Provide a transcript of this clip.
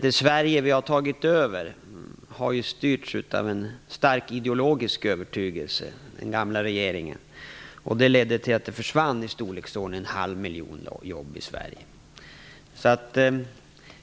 Det Sverige som vi har tagit över har ju styrts av en stark ideologisk övertygelse, vilket ledde till att det försvann i storleksordningen en halv miljon jobb i Sverige.